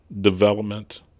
development